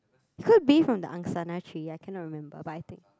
it could be from the Angsana tree I cannot remember but I think